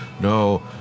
No